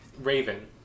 Raven